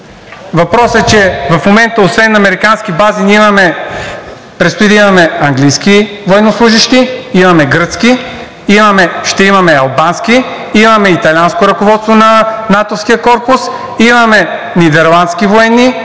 Въпросът е, че в момента освен американски бази предстои да имаме английски военнослужещи, имаме гръцки, ще имаме албански, имаме италианско ръководство на натовския корпус, имаме нидерландски военни,